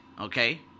Okay